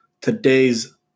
Today's